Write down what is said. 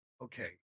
okay